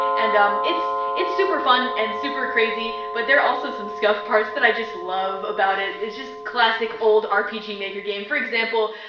and um it's it's super fun and super crazy. but there are also some scuff parts that i just love about it. it's just classic old rpg maker game. for example,